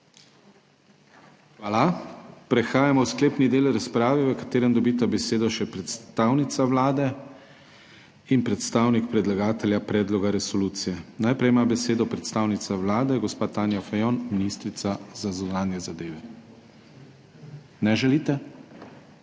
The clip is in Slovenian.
Hvala. Prehajamo v sklepni del razprave, v katerem dobita besedo še predstavnica Vlade in predstavnik predlagatelja predloga resolucije. Najprej ima besedo predstavnica Vlade gospa Tanja Fajon, ministrica za zunanje zadeve. Ne želite?